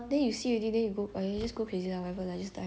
then put yourself through all this torture mm